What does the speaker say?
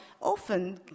often